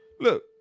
Look